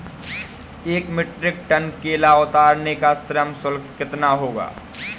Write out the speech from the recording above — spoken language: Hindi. एक मीट्रिक टन केला उतारने का श्रम शुल्क कितना होगा?